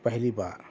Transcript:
پہلی بار